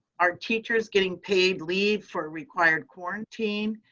are teachers getting paid leave for required quarantine?